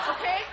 Okay